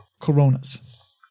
coronas